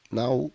now